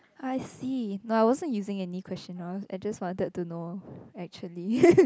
I see no I wasn't using any question I just wanted know actually